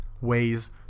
ways